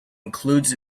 includes